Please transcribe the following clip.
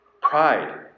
Pride